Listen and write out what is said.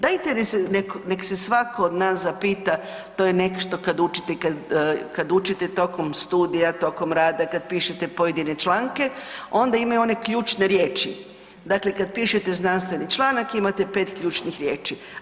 Dajte nek se svako od nas zapita, to je nešto kad učite, kad, kad učite tokom studija, tokom rada, kad pišete pojedine članke, onda imaju one ključne riječi, dakle kad pišete znanstveni članak imate 5 ključnih riječi.